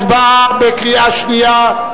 הצבעה בקריאה שנייה.